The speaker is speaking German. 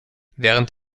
während